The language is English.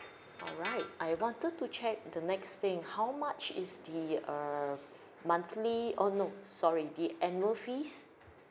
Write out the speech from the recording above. alright I wanted to check the next thing how much is the err monthly oh no sorry the annual fees